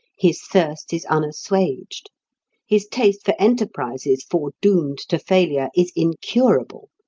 his thirst is unassuaged his taste for enterprises foredoomed to failure is incurable.